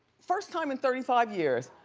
first time in thirty five years.